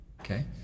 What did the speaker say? Okay